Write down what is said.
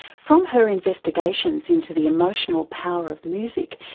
from her investigations into the emotional power of music,